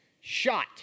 shot